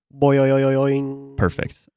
perfect